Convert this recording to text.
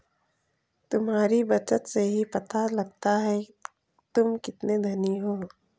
तुम्हारी बचत से ही पता लगता है तुम कितने धनी हो